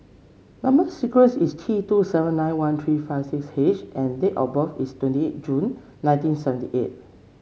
number sequence is T two seven nine one three five six H and date of birth is twenty eight June nineteen seventy eight